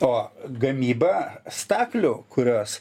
o gamyba staklių kurios